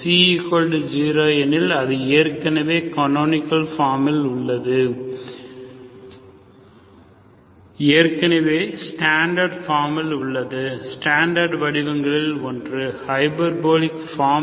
C0 என்றால் அது ஏற்கனவே கனோனிக்கள் ஃபார்மில் உள்ளது ஏற்கனவே ஸ்டாண்டர்ட் ஃபார்மில் உள்ளது ஸ்டாண்டர்ட் வடிவங்களில் ஒன்று ஹைபர்போலிக் ஃபார்ம்